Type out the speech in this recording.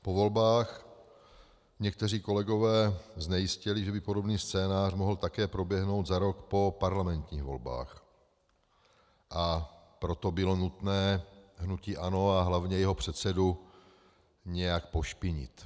Po volbách někteří kolegové znejistěli, že by podobný scénář mohl také proběhnout za rok po parlamentních volbách, a proto bylo nutné hnutí ANO a hlavně jeho předsedu nějak pošpinit.